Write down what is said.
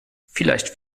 vielleicht